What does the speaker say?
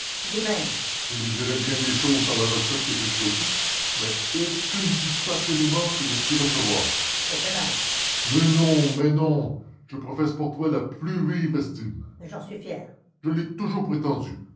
lui-même je désirais bien des choses dans la retraite que j'ai choisie mais aucune plus passionnément que de vous y recevoir trop aimable mais non mais non je professe pour vous la plus vive estime j'en suis fier je l'ai toujours prétendu